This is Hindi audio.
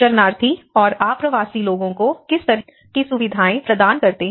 शरणार्थी और आप्रवासी लोगों को किस तरह की सुविधाएं प्रदान करते हैं